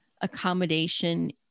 accommodation